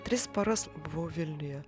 tris paras buvau vilniuje